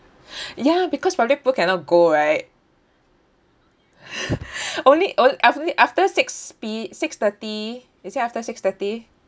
ya because public pool cannot go right only only after six after six P six thirty is it after six thirty